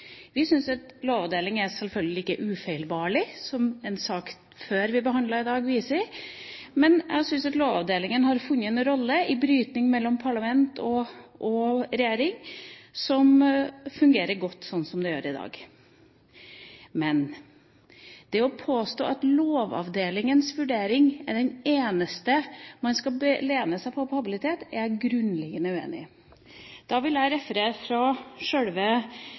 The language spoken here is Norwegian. Vi mener selvfølgelig ikke at Lovavdelingen er ufeilbarlig, som en sak vi behandlet før i dag, viser, men jeg syns at Lovavdelingen har funnet en rolle i brytning mellom parlament og regjering som fungerer godt sånn som det gjør i dag. Men det å påstå at Lovavdelingens vurdering er den eneste man skal lene seg på når det gjelder habilitet, er jeg grunnleggende uenig i. Da vil jeg referere fra